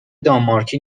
دانمارکی